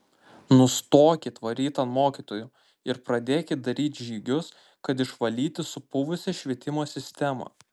nustokit varyti ant mokytojų ir pradėkit daryti žygius kad išvalyti supuvusią švietimo sistemą